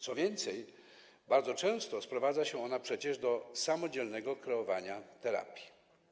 Co więcej, bardzo często sprowadza się ona przecież do samodzielnego kreowania terapii.